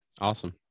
Awesome